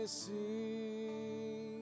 see